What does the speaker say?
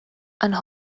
and